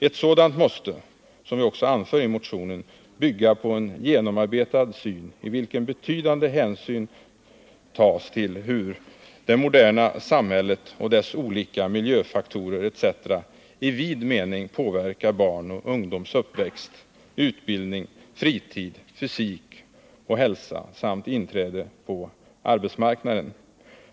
Ett sådant måste — som vi också anför i motionen — bygga på en genomarbetad syn, i vilken betydande hänsyn tas till hur det moderna samhället och dess olika miljöfaktorer etc. i vid mening påverkar barnoch ungdoms uppväxt, utbildning, fritid, fysik och hälsa samt inträde på arbetsmarknaden.